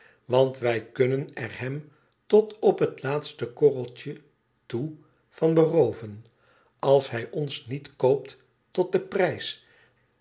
want wij kunnen er hem tot op het laatste korreltje toe van berooven als hij ons niet koopt tot den prijs